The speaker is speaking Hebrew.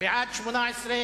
הנושא שהעלו